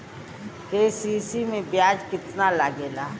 KCC में ब्याज कितना लागेला?